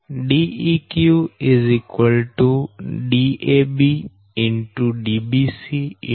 Deq Dab